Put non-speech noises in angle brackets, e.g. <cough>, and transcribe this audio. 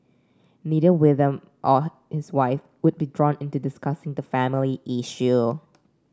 neither William nor his wife would be drawn into discussing the family <unintelligible>